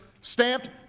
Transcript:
stamped